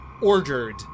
ordered